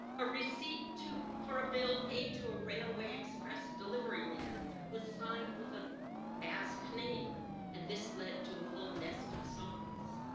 a receipt for a bill paid to a railway express deliveryman was signed with a basque name and this led to a whole nest of songs.